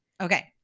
Okay